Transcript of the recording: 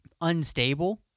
unstable